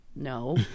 no